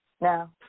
no